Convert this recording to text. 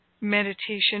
meditation